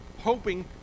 hoping